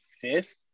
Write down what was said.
fifth